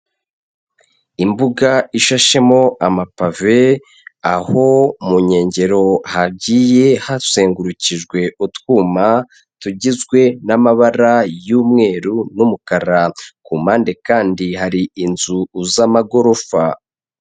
Imbuga ishashemo amapave, aho mu nkengero hagiye hazengurukijwe utwuma tugizwe n'amabara y'umweru n'umukara, ku mpande kandi hari inzu z'amagorofa.